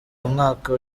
umwaka